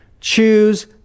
Choose